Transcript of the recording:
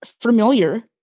familiar